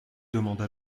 demanda